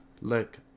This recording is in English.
look